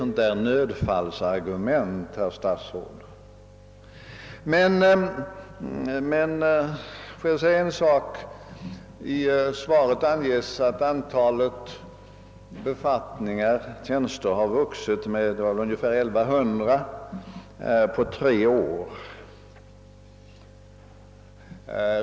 Detta är ett nödfallsargument, herr statsråd. Får jag bara tillfoga några reflexioner. I svaret anges att antalet tjänster har vuxit med ungefär 1100 på tre år.